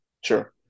sure